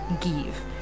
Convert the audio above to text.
give